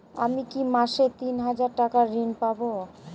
আমি কি মাসে তিন হাজার টাকার ঋণ পাবো?